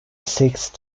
sixth